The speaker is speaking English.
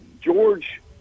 George